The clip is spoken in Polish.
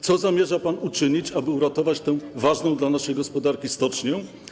Co zamierza pan uczynić, aby uratować tę ważną dla naszej gospodarki stocznię?